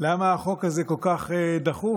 למה החוק הזה כל כך דחוף,